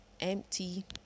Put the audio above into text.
empty